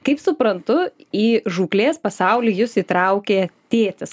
kaip suprantu į žūklės pasaulį jus įtraukė tėtis